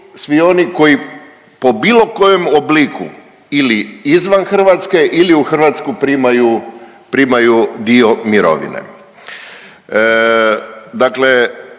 svi oni po bilo kojem obliku ili izvan Hrvatske ili u Hrvatsku primaju dio mirovine.